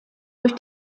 durch